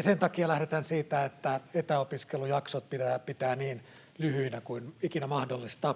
sen takia lähdetään siitä, että etäopiskelujaksot pitää pitää niin lyhyinä kuin ikinä mahdollista.